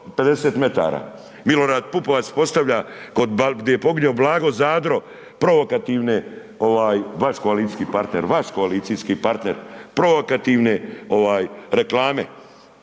Milorad Pupovac postavlja kod, di je poginuo Blago Zadro provokativne, vaš koalicijski partner, vaš koalicijski partner provokativne reklame.